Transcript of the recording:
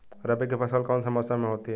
रबी की फसल कौन से मौसम में होती है?